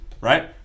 right